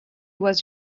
was